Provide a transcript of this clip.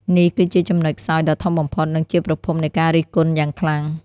នេះគឺជាចំណុចខ្សោយដ៏ធំបំផុត និងជាប្រភពនៃការរិះគន់យ៉ាងខ្លាំង។